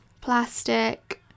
Plastic